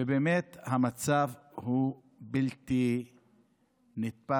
ובאמת המצב הוא בלתי נתפס.